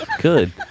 Good